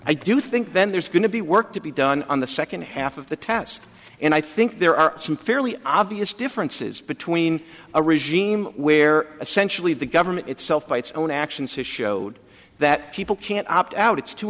i do think then there's going to be work to be done on the second half of the test and i think there are some fairly obvious differences between a regime where essentially the government itself by its own actions has showed that people can't opt out it's too